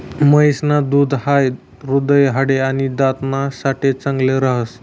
म्हैस न दूध हाई हृदय, हाडे, आणि दात ना साठे चांगल राहस